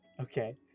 Okay